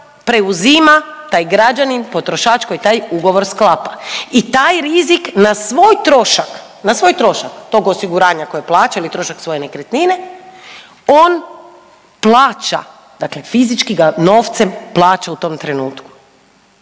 preuzima taj građanin, potrošač koji taj ugovor sklapa. I taj rizik na svoj trošak, na svoj trošak tog osiguranja koje plaća ili trošak svoje nekretnine on plaća, dakle fizički ga novcem plaća u tom trenutku